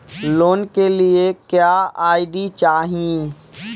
Loan के लिए क्या आई.डी चाही?